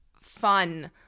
fun